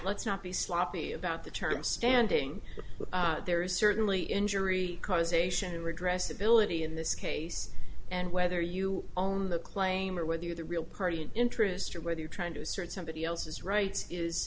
let's not be sloppy about the term standing there is certainly injury causation redress ability in this case and whether you own the claim or whether you're the real party in interest or whether you're trying to assert somebody else's rights is